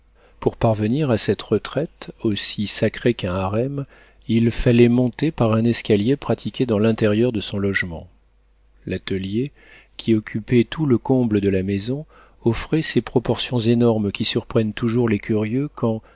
pour parvenir à cette retraite aussi sacrée qu'un harem il fallait monter par un escalier pratiqué dans l'intérieur de son logement l'atelier qui occupait tout le comble de la maison offrait ces proportions énormes qui surprennent toujours les curieux quand